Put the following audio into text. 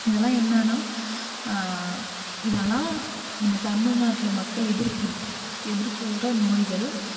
இதெல்லாம் என்னன்னா இதெல்லாம் நம்ம தமிழ்நாட்டிள் மக்கள் எதிர்க்க எதிர்கொள்கிற நோய்கள்